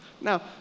Now